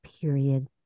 period